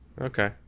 okay